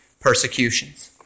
persecutions